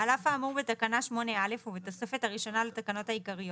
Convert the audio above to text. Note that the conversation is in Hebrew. על אף האמור בתקנה 8א ובתוספת הראשונה לתקנות העיקריות,